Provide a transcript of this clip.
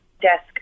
desk